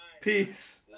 Peace